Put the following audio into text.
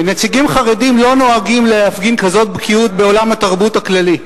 נציגים חרדיים לא נוהגים להפגין כזאת בקיאות בעולם התרבות הכללי.